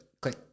click